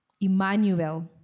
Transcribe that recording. Emmanuel